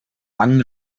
langen